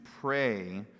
pray